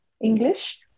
English